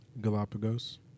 Galapagos